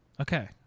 Okay